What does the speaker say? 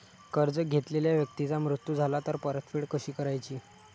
कर्ज घेतलेल्या व्यक्तीचा मृत्यू झाला तर परतफेड कशी करायची?